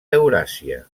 euràsia